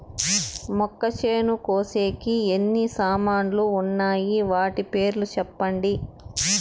మొక్కచేను కోసేకి ఎన్ని సామాన్లు వున్నాయి? వాటి పేర్లు సెప్పండి?